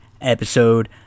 episode